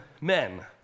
men